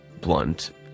blunt